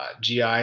GI